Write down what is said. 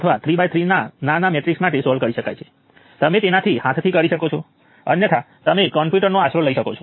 અહીંથી 14 milliamps ચલાવવામાં આવી રહ્યા છે 4 આ રીતે જાય છે અને 10 તે રસ્તે જાય છે અને તેમાંથી 3 આ રીતે જાય છે અને 7 તે રીતે જાય છે